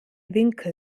winkel